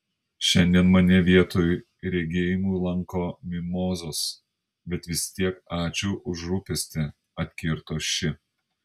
šiandien mane vietoj regėjimų lanko mimozos bet vis tiek ačiū už rūpestį atkirto ši